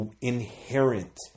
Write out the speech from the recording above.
inherent